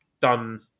done